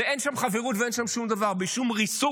אין שם חברות ואין שם שום דבר, יש שם ריסוק